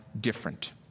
different